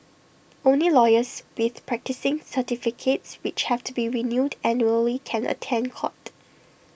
only lawyers with practising certificates which have to be renewed annually can attend court